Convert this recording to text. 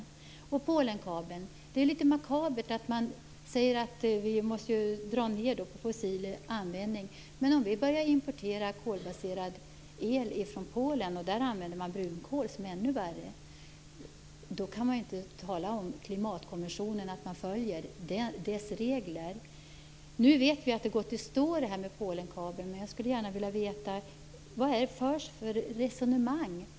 När det gäller Polenkabeln är det remarkabelt att man säger att vi måste dra ned på fossil användning. Men om vi börjar importera kolbaserad el från Polen, där brunkol används som är ännu värre, kan man ju inte tala om att man följer klimatkonventionens regler. Nu vet vi att detta med Polenkabeln har gått i stå, men jag skulle gärna vilja veta vad det förs för resonemang.